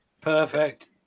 Perfect